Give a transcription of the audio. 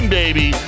baby